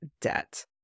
debt